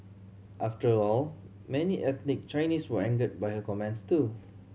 after all many ethnic Chinese were angered by her comments too